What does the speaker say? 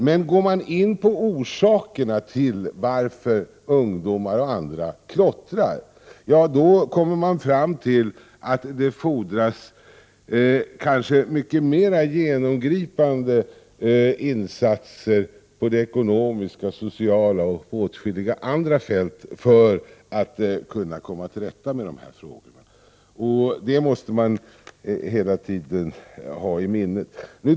Men går man in på orsakerna till att ungdomar och andra klottrar kommer man fram till att det kanske fordras mycket mera genomgripande insatser på det ekonomiska fältet, liksom på det sociala fältet och på åtskilliga andra fält, för att komma till rätta med de här problemen. Detta måste vi hela tiden ha i Prot. 1988/89:91 minne.